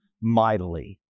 mightily